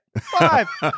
Five